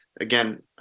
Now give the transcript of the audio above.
again